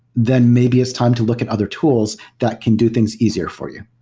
then maybe it's time to look at other tools that can do things easier for you.